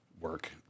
work